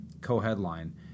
co-headline